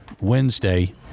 Wednesday